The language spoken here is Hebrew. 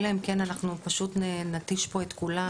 אלא אם כן אנחנו פשוט נתיש פה את כולם.